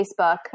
Facebook